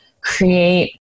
create